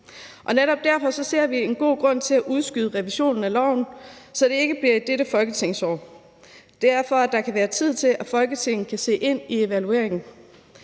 uge. Netop derfor ser vi en god grund til at udskyde revisionen af loven, så det ikke bliver i dette folketingsår. Det er, for at der kan være tid til, at Folketinget kan se på evalueringen.